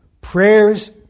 Prayers